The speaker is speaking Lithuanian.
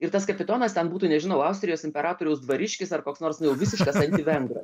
ir tas kapitonas ten būtų nežinau austrijos imperatoriaus dvariškis ar koks nors visiškas vengras